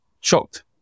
shocked